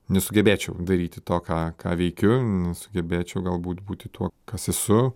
nesugebėčiau daryti to ką ką veikiu nesugebėčiau galbūt būti tuo kas esu